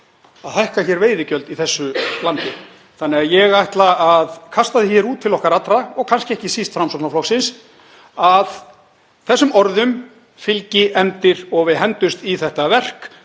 að hækka veiðigjöld í þessu landi. Ég ætla að kasta því út til okkar allra, og kannski ekki síst til Framsóknarflokksins, að þessum orðum fylgi efndir og að við hendumst í þetta verk.